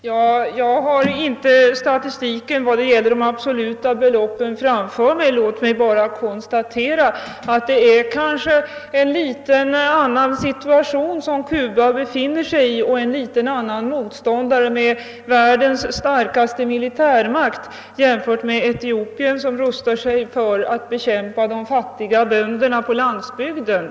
Herr talman! Jag har inte statistiken på de absoluta beloppen framför mig. Låt mig bara konstatera, att Cuba befinner sig i en annan situation, med en annan motståndare — världens starkaste militärmakt — än Etiopien, som rustar sig för att bekämpa de fattiga bönderna på landsbygden.